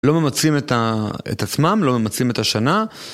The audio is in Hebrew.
לא ממצים את עצמם, לא ממצים את השנה.